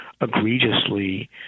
egregiously